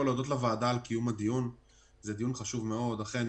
אנחנו מקווים